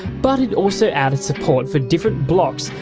but it also added support for different blocks,